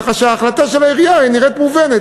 כך שההחלטה של העירייה נראית מובנת,